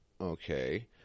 okay